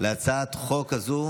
להצעת החוק הזאת